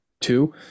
two